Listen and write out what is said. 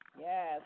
yes